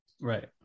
Right